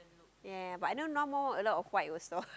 ya but I know now more a lot white also